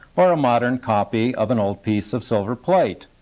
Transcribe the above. or a modern copy of an old piece of silver plate.